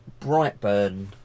Brightburn